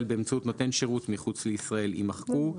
באמצעות נותן שירות מחוץ לישראל" יימחקו,